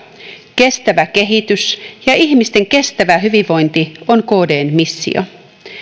kestävä kehitys ja ihmisten kestävä hyvinvointi on kdn missio